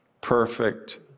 perfect